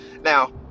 Now